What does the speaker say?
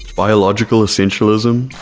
biological essentialism,